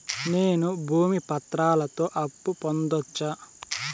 నేను భూమి పత్రాలతో అప్పు పొందొచ్చా?